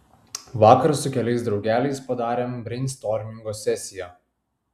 vakar su keliais draugeliais padarėm breinstormingo sesiją